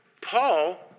Paul